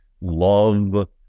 love